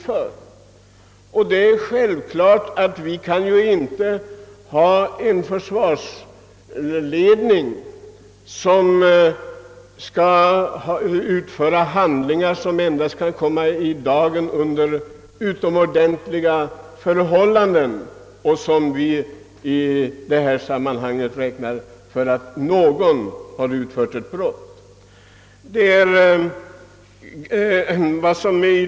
Vi kan självfallet inte ha en försvarsledning som utför handlingar vilka endast kommer i dagen under utomordentliga förhållanden och genom att någon — som i detta fall — anses ha utfört ett brott.